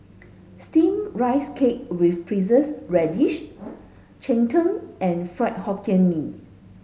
steamed rice cake with preserved radish Cheng Tng and Fried Hokkien Mee